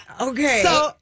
Okay